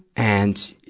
and,